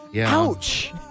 Ouch